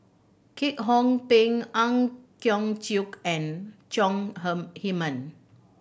Kwek Hong Png Ang Hiong Chiok and Chong Heman